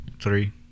three